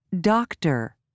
Doctor